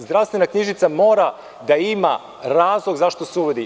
Zdravstvena knjižica mora da ima razlog zašto se uvodi.